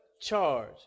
Charge